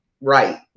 right